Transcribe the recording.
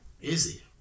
Easy